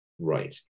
right